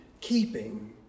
keeping